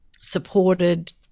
supported